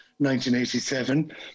1987